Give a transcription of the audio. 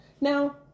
Now